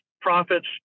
Profits